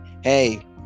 Hey